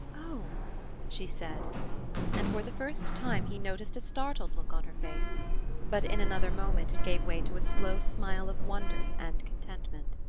oh she said and for the first time he noticed a startled look on her face but in another moment it gave way to a slow smile of wonder and contentment.